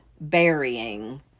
burying